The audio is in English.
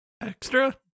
extra